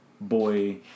boy